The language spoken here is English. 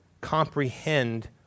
comprehend